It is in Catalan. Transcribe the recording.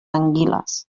anguiles